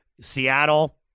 Seattle